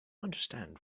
understand